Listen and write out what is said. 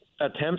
attempts